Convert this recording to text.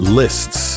lists